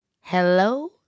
Hello